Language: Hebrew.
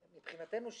מבחינתנו,